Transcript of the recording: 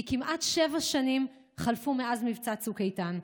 כי כמעט שבע שנים חלפו מאז מבצע צוק איתן,